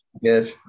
Yes